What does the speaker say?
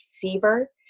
fever